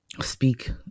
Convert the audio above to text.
speak